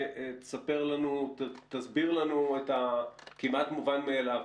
תסביר לנו את הכמעט מובן מאליו,